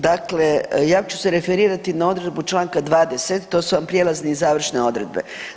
Dakle, ja ću se referirati na odredbu čl. 20., to su vam prijelazne i završne odredbe.